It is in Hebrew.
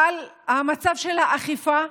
על המצב של האכיפה?